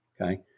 Okay